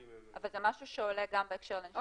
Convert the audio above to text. אבל זה משהו שעולה גם בהקשר של נשים יהודיות.